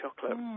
chocolate